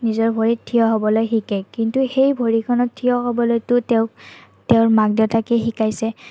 নিজৰ ভৰিত থিয় হ'বলৈ শিকে কিন্তু সেই ভৰিখনত থিয় হ'বলৈতো তেওঁক তেওঁৰ মাক দেউতাকে শিকাইছে